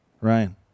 Ryan